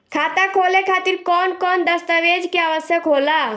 खाता खोले खातिर कौन कौन दस्तावेज के आवश्यक होला?